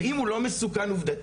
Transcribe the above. ואם הוא לא מסוכן עובדתית,